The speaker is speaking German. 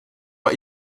bei